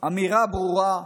אמירה ברורה,